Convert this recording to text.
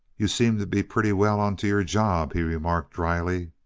you seem to be pretty well onto your job, he remarked, dryly.